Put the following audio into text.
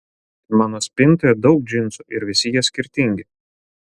mano spintoje daug džinsų ir visi jie skirtingi